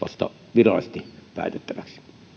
virallisesti päätettäväksi